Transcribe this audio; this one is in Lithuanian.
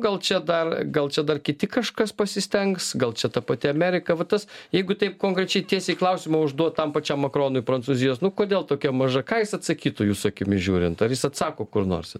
gal čia dar gal čia dar kiti kažkas pasistengs gal čia ta pati amerika va tas jeigu taip konkrečiai tiesiai klausimą užduot tam pačiam makronui prancūzijos nu kodėl tokia maža ką jis atsakytų jūsų akimis žiūrintar jis atsako kur nors